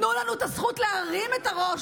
תנו לנו את הזכות להרים את הראש,